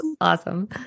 awesome